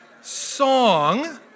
song